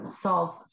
solve